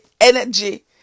energy